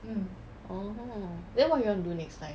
orh then what he want to do next time